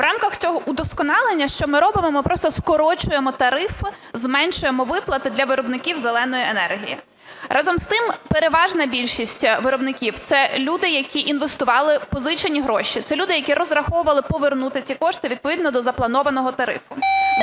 В рамках цього удосконалення що ми робимо: ми просто скорочуємо тарифи, зменшуємо виплати для виробників "зеленої" енергії. Разом з тим, переважна більшість виробників – це люди, які інвестували в позичені гроші, це люди, які розраховували повернути ці кошти відповідно до запланованого тарифу.